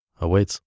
awaits